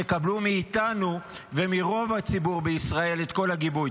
תקבלו מאיתנו ומרוב הציבור בישראל את כל הגיבוי.